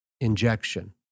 injection